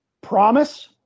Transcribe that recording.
Promise